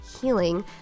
healing